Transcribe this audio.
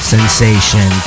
Sensation